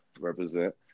represent